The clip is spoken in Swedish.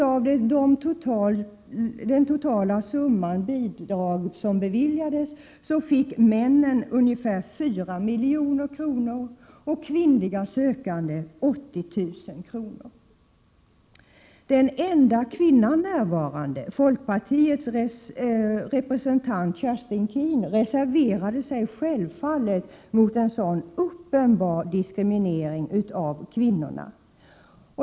Av den summa bidrag som totalt beviljades fick manliga sökanden ungefär 4 milj.kr. och kvinnliga 80 000 kr. Den enda närvarande kvinnan, folkpartiets representant Kerstin Keen, reserverade sig självfallet mot en sådan uppenbar diskriminering av kvinnorna.